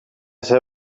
ser